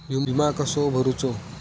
विमा कसो भरूचो?